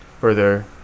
further